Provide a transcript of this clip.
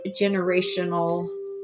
generational